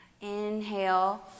Inhale